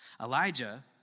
Elijah